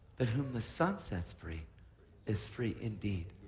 that who the son sets free is free indeed.